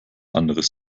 anderes